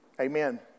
Amen